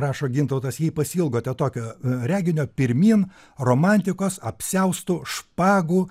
rašo gintautas jei pasiilgote tokio e reginio pirmyn romantikos apsiaustų špagų